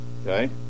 okay